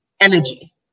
energy